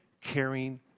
caring